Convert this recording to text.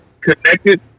connected